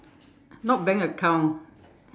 not bank account